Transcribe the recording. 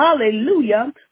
Hallelujah